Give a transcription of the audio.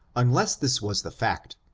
unless this was the fact,